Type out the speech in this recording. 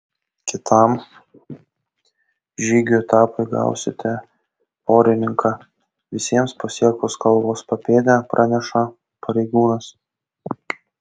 kitam žygių etapui gausite porininką visiems pasiekus kalvos papėdę praneša pareigūnas